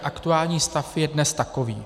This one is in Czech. Aktuální stav je dnes takový.